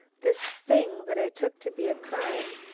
this thing that i took to be a crime,